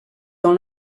dans